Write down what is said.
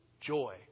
joy